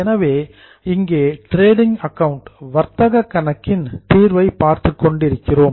எனவே இங்கே trading account வர்த்தக கணக்கின் தீர்வை பார்த்துக் கொண்டிருக்கிறோம்